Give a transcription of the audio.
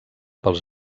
pels